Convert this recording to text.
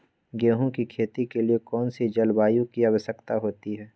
गेंहू की खेती के लिए कौन सी जलवायु की आवश्यकता होती है?